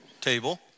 table